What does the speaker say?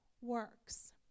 works